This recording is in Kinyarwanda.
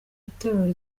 itorero